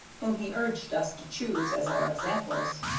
whom he urged us to choose as our examples.